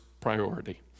priority